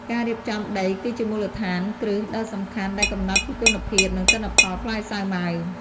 ការរៀបចំដីគឺជាមូលដ្ឋានគ្រឹះដ៏សំខាន់ដែលកំណត់ពីគុណភាព និងទិន្នផលផ្លែសាវម៉ាវ។